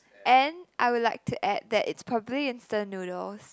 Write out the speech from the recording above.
and I would like to add that it's probably instant noodles